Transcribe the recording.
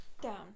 down